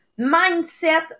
mindset